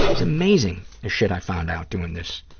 it's amazing the shit i find out doing this.